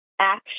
action